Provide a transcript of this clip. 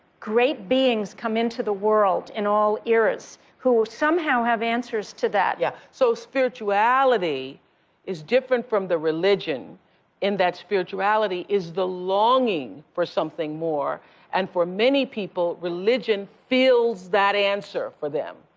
great beings come into the world in all eras who somehow have answers to that. winfrey yeah, so spirituality is different from the religion in that spirituality is the longing for something more and for many people, religion fills that answer for them.